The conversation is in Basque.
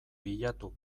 bilatu